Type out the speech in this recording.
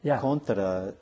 contra